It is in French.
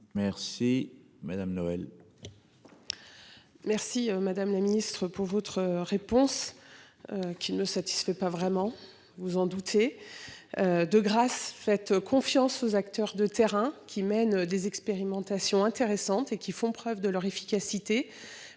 Merci, madame la Ministre, pour votre réponse. Qui ne satisfait pas vraiment vous vous en doutez. De grâce, faites confiance aux acteurs de terrain qui mène des expérimentations intéressantes et qui font preuve de leur efficacité.